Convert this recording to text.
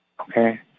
okay